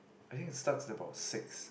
I think it start about six